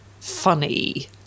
funny